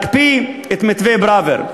את מתווה פראוור.